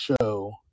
show